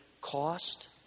cost